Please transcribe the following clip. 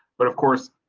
but of course,